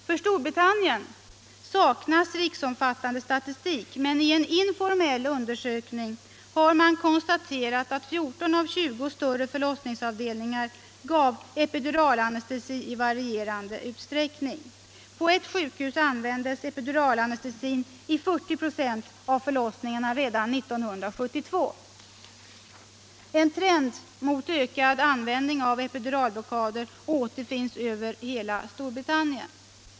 För Storbritannien saknas riksomfattande statistik, men i en informell undersökning har man konstaterat att 14 av 20 större förlossningsavdelningar gav epiduralanestesi i varierande utsträckning. På ett sjukhus användes epiduralanestesi i 40 96 av förlossningarna redan 1972. En trend mot ökad användning av epiduralblockader återfinns över hela Storbritannien.